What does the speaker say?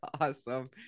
awesome